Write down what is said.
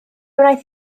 wnaeth